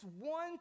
one